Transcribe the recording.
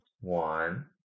One